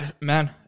Man